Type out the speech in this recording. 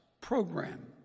program